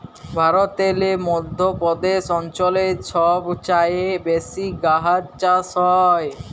ভারতেল্লে মধ্য প্রদেশ অঞ্চলে ছব চাঁঁয়ে বেশি গাহাচ চাষ হ্যয়